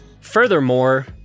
Furthermore